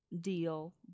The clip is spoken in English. deal